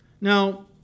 Now